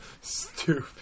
stupid